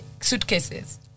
suitcases